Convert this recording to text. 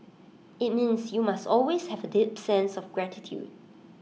IT means you must always have A deep sense of gratitude